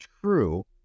true